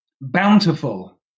Bountiful